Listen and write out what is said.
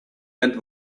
and